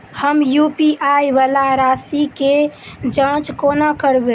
हम यु.पी.आई वला राशि केँ जाँच कोना करबै?